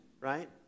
right